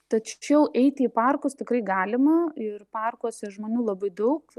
tačiau eiti į parkus tikrai galima ir parkuose žmonių labai daug